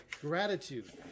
gratitude